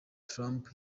trump